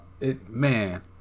man